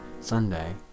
Sunday